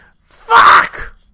fuck